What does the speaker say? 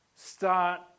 Start